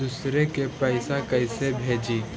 दुसरे के पैसा कैसे भेजी?